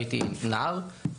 הייתי נער,